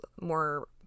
more